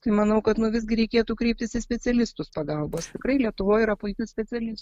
tai manau kad nu visgi reikėtų kreiptis į specialistus pagalbos tikrai lietuvoj yra puikių specialistų